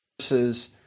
versus